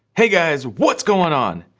hey guys, what's goin' on?